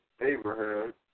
Abraham